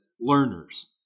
learners